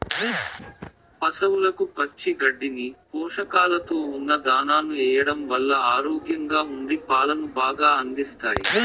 పసవులకు పచ్చి గడ్డిని, పోషకాలతో ఉన్న దానాను ఎయ్యడం వల్ల ఆరోగ్యంగా ఉండి పాలను బాగా అందిస్తాయి